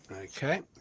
Okay